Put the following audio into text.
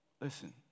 Listen